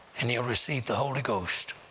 and he'll receive the holy ghost.